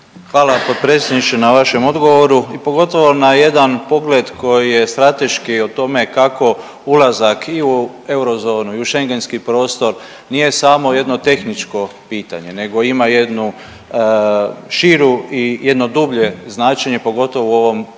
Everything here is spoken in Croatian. Hvala potpredsjedniče na vašem odgovoru i pogotovo na jedan pogled koji je strateški o tome kako ulazak i u eurozonu i u schengentski prostor nije samo jedno tehničko pitanje nego ima jednu širu i jedno dublje značenje pogotovo u ovom